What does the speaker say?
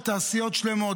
ותעשיות שלמות,